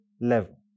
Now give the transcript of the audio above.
level